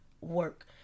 work